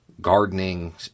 gardening